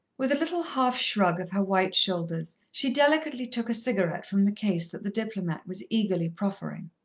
with a little half-shrug of her white shoulders she delicately took a cigarette from the case that the diplomat was eagerly proffering.